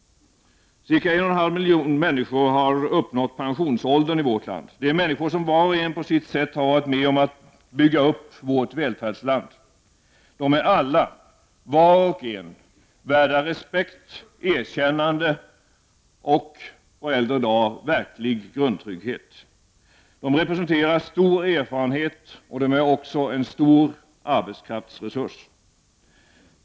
Ca 1,5 miljoner människor har uppnått pensionsåldern i vårt land. Det är människor som var och en på sitt sätt har varit med om att bygga upp vårt välfärdsland. De är alla, var och en, värda respekt, erkännande och på äldre dagar verklig grundtrygghet. De representerar stor erfarenhet, och de är också en stor arbetskraftsresurs.